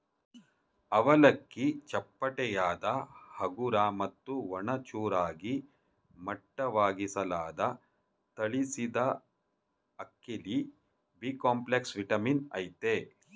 ಅವಲಕ್ಕಿ ಚಪ್ಪಟೆಯಾದ ಹಗುರ ಮತ್ತು ಒಣ ಚೂರಾಗಿ ಮಟ್ಟವಾಗಿಸಲಾದ ತಳಿಸಿದಅಕ್ಕಿಲಿ ಬಿಕಾಂಪ್ಲೆಕ್ಸ್ ವಿಟಮಿನ್ ಅಯ್ತೆ